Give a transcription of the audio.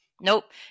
Nope